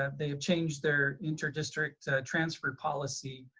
um they have changed their inter district transfer policy.